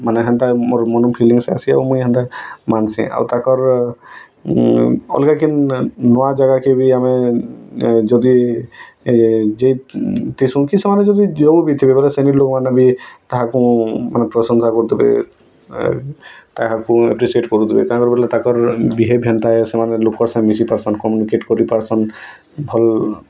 ମାନେ ହେନ୍ତା ମୋର ମନକୁ ଫିଲିଙ୍ଗସ୍ ଆସିବ ମୁଇଁ ହେନ୍ତା ମାନ୍ସି ଆଉ ତାଙ୍କର ଅଲଗା କିନ୍ ନୂଆ ଜାଗାକେ ବି ଆମେ ଯଦି ହେ ଯାଇ ତେସୁ କି ସେମାନେ ଯଦି ଯେଉଁ ଭିତରେ ବି ସେନି ଲୋକମାନେ ବି କାହାକୁ ପ୍ରଶଂସା କରୁ ଥିବେ ଏ କାହାକୁ ଆପ୍ରିସିୟେଟ୍ କରୁ ଥିବେ ତାହା ପରେ ତାଙ୍କର ବିହେବ୍ ଏନ୍ତା ସେମାନେ ଲୋକ ସଙ୍ଗେ ମିଶି ପାରୁସନ୍ କମ୍ୟୁନିକେଟ୍ କରି ପାରୁସନ୍ ଭଲ୍